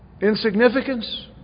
Insignificance